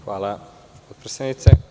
Hvala potpredsednice.